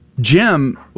Jim